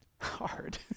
hard